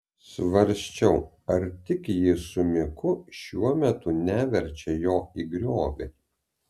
svarsčiau ar tik ji su miku šiuo metu neverčia jo į griovį